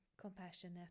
compassionate